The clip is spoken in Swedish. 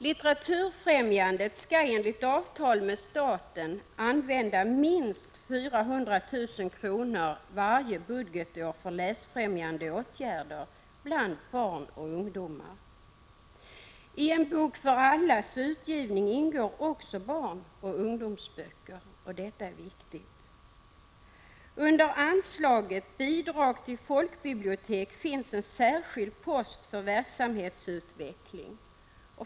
Litteraturfrämjandet skall enligt avtal med staten varje budgetår använda minst 400 000 kr. för läsfrämjande åtgärder bland barn och ungdomar. I utgivningen av ”En bok för alla” ingår också barnoch ungdomsböcker. Detta är viktigt. Under anslaget Bidrag till folkbibliotek finns en särskild post för verksamhetsutveckling.